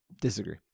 Disagree